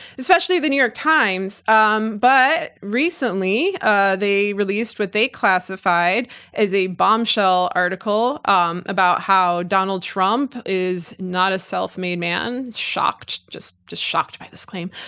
especially the new york times um but recently ah they released what they classified as a bombshell article um about how donald trump is not a self-made man, shocked, just just shocked by this claim,